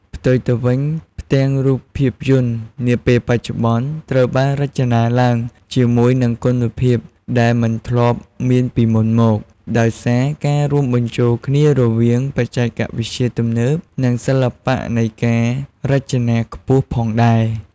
ផ្ទុយទៅវិញ ផ្ទាំងរូបភាពយន្តនាពេលបច្ចុប្បន្នត្រូវបានរចនាឡើងជាមួយនឹងគុណភាពដែលមិនធ្លាប់មានពីមុនមក ដោយសារការរួមបញ្ចូលគ្នារវាងបច្ចេកវិទ្យាទំនើប និងសិល្បៈនៃការរចនាខ្ពស់ផងដែរ ។